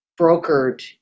brokered